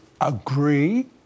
agree